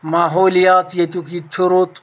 ماحولیات ییٚتیٛک یہِ تہِ چھُ رُت